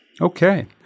Okay